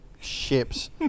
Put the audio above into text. ships